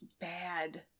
bad